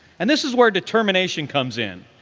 and this is where determination comes in.